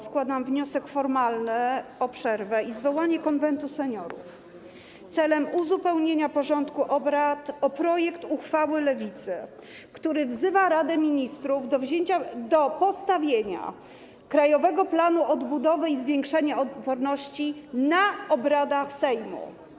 Składam wniosek formalny o przerwę i zwołanie Konwentu Seniorów celem uzupełnienia porządku obrad o projekt uchwały Lewicy, który wzywa Radę Ministrów do postawienia sprawy Krajowego Planu Odbudowy i Zwiększania Odporności na obradach Sejmu.